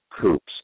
coops